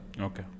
Okay